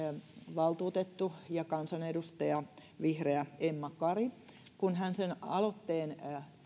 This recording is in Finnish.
valtuutettu ja kansanedustaja vihreä emma kari kun hän sen aloitteen